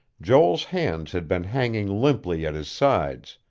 joel's hands had been hanging limply at his sides.